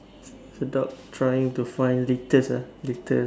the dog trying to find litters ah litters